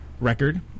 record